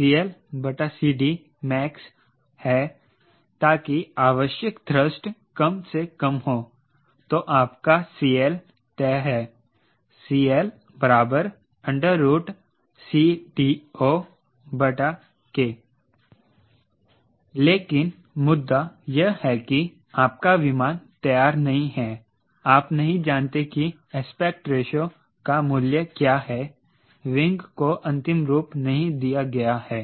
CLCDmax है ताकि आवश्यक थ्रस्ट कम से कम हो तो आपका CL तय है CL CDOK लेकिन मुद्दा यह है कि आपका विमान तैयार नहीं है आप नहीं जानते कि एस्पेक्ट रेशो का मूल्य क्या है विंग को अंतिम रूप नहीं दिया गया है